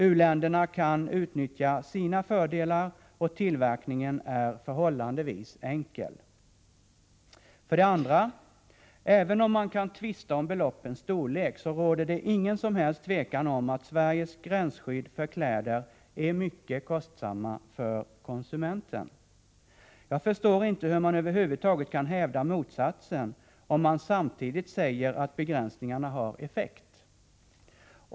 U-länderna kan utnyttja sina fördelar, och tillverkningen är förhållandevis enkel. För det andra: Även om vi kan tvista om beloppens storlek, råder det inget som helst tvivel om att Sveriges gränsskydd när det gäller kläder är mycket kostsamma för konsumenten. Jag förstår inte hur man över huvud taget kan hävda motsatsen om man samtidigt säger att begränsningarna har effekt.